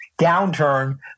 downturn